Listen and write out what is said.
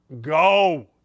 go